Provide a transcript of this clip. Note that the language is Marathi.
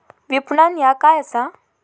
विपणन ह्या काय असा?